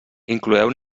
incloeu